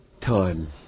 time